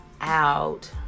out